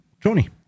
Tony